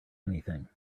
anything